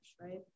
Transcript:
right